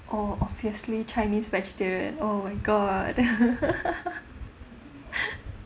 oh obviously chinese vegetarian oh my god